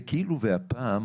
זה כאילו והפעם